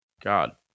God